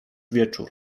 wieczór